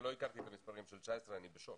אני לא הכרתי את המספרים של 19' ואני בשוק,